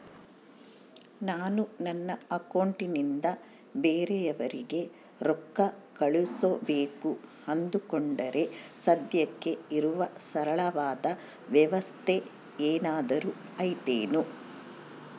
ನಾನು ನನ್ನ ಅಕೌಂಟನಿಂದ ಬೇರೆಯವರಿಗೆ ರೊಕ್ಕ ಕಳುಸಬೇಕು ಅಂದುಕೊಂಡರೆ ಸದ್ಯಕ್ಕೆ ಇರುವ ಸರಳವಾದ ವ್ಯವಸ್ಥೆ ಏನಾದರೂ ಐತೇನು?